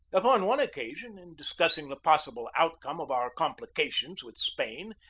upon one occasion, in dis cussing the possible outcome of our complications with spain,